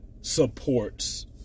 supports